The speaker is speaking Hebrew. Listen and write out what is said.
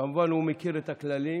כמובן, הוא מכיר את הכללים.